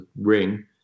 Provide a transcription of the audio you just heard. ring